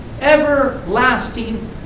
everlasting